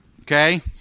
Okay